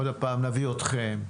עוד פעם נביא אתכם,